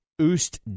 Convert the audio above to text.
Oost